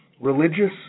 religious